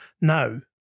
Now